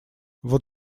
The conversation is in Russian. вот